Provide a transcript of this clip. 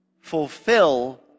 fulfill